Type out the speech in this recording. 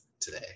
today